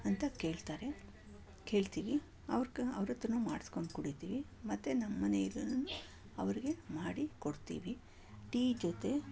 ಅಂತ ಕೇಳ್ತಾರೆ ಕೇಳ್ತೀವಿ ಅವ್ರು ಕ ಅವ್ರ ಹತ್ರನೂ ಮಾಡ್ಸ್ಕೊಂಡು ಕುಡಿತೀವಿ ಮತ್ತೆ ನಮ್ಮನೇಲುನೂ ಅವರಿಗೆ ಮಾಡಿ ಕೊಡ್ತೀವಿ ಟೀ ಜೊತೆ